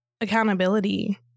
accountability